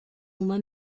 uma